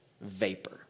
vapor